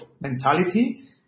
mentality